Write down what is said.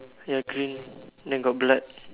ya green then got blood